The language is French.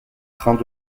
trains